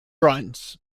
runs